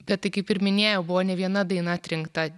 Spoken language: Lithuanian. bet tai kaip ir minėjau buvo ne viena daina atrinkta